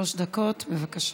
שלוש דקות, בבקשה.